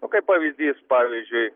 nu kaip pavyzdys pavyzdžiui